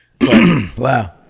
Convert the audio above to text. Wow